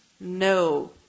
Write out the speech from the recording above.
No